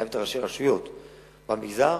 מחייב את הרשויות במגזר,